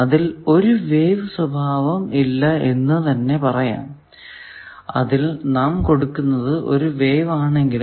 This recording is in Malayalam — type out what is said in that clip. അതിൽ ഒരു വേവ് സ്വഭാവം ഇല്ല എന്ന് തന്നെ പറയാം അതിൽ നാം കൊടുക്കുന്നത് ഒരു വേവ് ആണെങ്കിലും